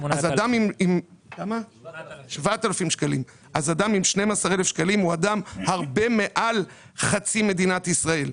אז אדם עם 12,000 שקלים הוא הרבה מעל חצי מדינת ישראל.